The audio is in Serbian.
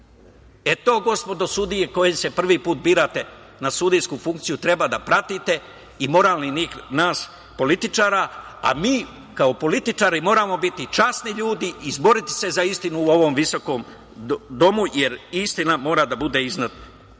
E to, gospodo sudije koje se prvi put birate na sudijsku funkciju, treba da pratite i moral nas političara, a mi kao političari moramo biti časni ljudi i izboriti se za istinu u ovom visokom domu, jer istina mora da bude iznad svega.A